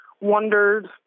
wondered